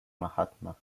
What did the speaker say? mahatma